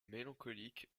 mélancolique